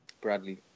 Bradley